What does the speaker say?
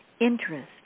interest